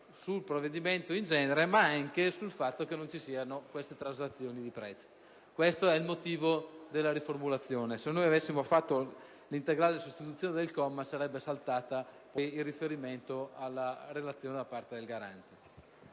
sul provvedimento in genere ma anche sul fatto che non vi siano le traslazioni di prezzo. Questo è il motivo della riformulazione. Se avessimo fatto un'integrale sostituzione del comma, sarebbe saltato il riferimento alla relazione del Garante.